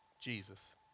Jesus